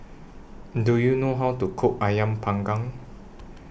Do YOU know How to Cook Ayam Panggang